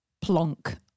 plonk